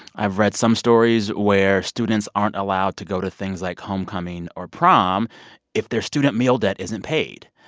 i've read some stories where students aren't allowed to go to things like homecoming or prom if their student meal debt isn't paid.